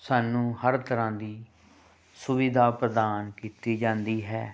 ਸਾਨੂੰ ਹਰ ਤਰ੍ਹਾਂ ਦੀ ਸੁਵਿਧਾ ਪ੍ਰਦਾਨ ਕੀਤੀ ਜਾਂਦੀ ਹੈ